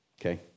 Okay